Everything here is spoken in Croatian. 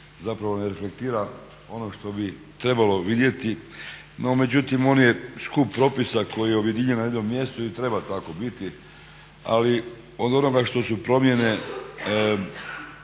zapravo ne reflektira ono što bi trebalo vidjeti, no međutim on je skup propisa koji je objedinjen na jednom mjestu i treba tako biti, ali od onoga što su promjene